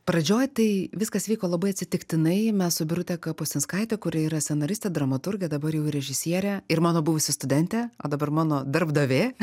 pradžioj tai viskas vyko labai atsitiktinai mes su birute kapustinskaite kuri yra scenaristė dramaturgė dabar jau ir režisierė ir mano buvusi studentė o dabar mano darbdavė